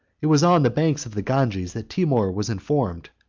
it was on the banks of the ganges that timour was informed,